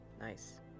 Nice